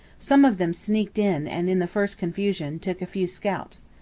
some of them sneaked in and, in the first confusion, took a few scalps.